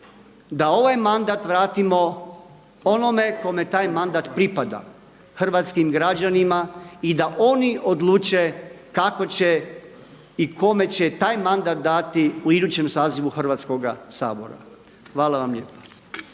da ovaj mandat vratimo onome kome taj mandat pripada – hrvatskim građanima i da oni odluče kako će i kome će taj mandat dati u idućem sazivu Hrvatskoga sabora. Hvala vam lijepa.